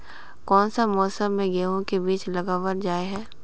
कोन सा मौसम में गेंहू के बीज लगावल जाय है